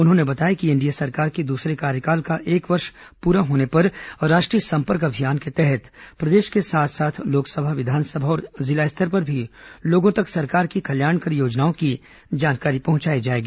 उन्होंने बताया कि एनडीए सरकार के दूसरे कार्यकाल का एक वर्ष पूरा होने पर राष्ट्रीय संपर्क अभियान के तहत प्रदेश के साथ साथ लोकसभा विधानसभा और जिला स्तर पर भी लोगों तक सरकार की कल्याणकारी योजनाओं की जानकारी पहुंचाई जाएगी